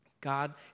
God